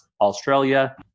Australia